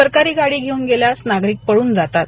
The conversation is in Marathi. सरकारी गाडी घेऊन गेल्यास नागरिक पळून जातात